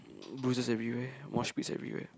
bruises everywhere mosh pits everywhere